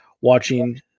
watching